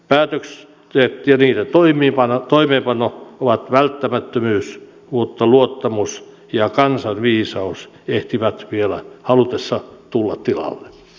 päätökset ja niiden toimeenpano ovat välttämättömyys mutta luottamus ja kansan viisaus ehtivät vielä halutessa tulla tilalle